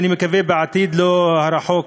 אני מקווה שבעתיד הלא-רחוק,